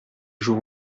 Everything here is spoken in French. jour